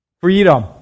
freedom